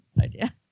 idea